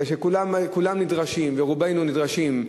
ורובנו נדרשים,